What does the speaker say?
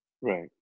Right